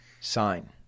sign